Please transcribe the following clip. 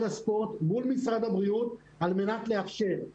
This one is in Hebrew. הספורט מול משרד הבריאות על מנת לאפשר את זה.